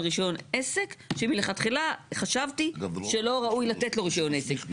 רישיון עסק שמלכתחילה חשבתי שלא ראוי לתת לו רישיון עסק,